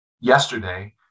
yesterday